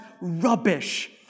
rubbish